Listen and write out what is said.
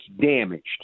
damaged